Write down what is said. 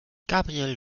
gabriel